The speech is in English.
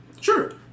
Sure